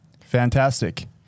Fantastic